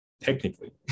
Technically